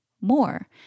more